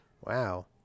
Wow